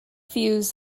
views